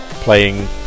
Playing